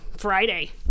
Friday